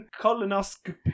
Colonoscopy